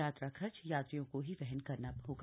यात्रा खर्च यात्रियों को ही वहन करना होगा